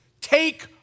take